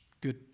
good